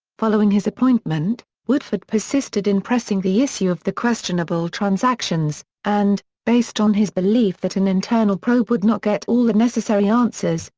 following his appointment, woodford persisted in pressing the issue of the questionable transactions, and, based on his belief that an internal probe would not get all the necessary answers,